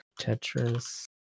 Tetris